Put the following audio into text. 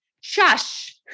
Shush